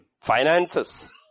finances